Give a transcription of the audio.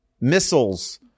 Missiles